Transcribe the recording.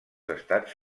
estats